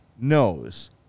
knows